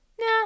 no